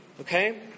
Okay